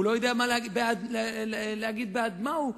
הוא לא יודע להגיד בעד מה הוא.